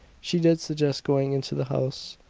she did suggest going into the house,